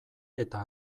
eta